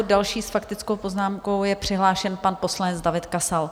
Další s faktickou poznámkou je přihlášen pan poslanec David Kasal.